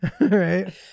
Right